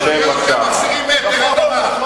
נראה אתכם מחסירים מטר אדמה.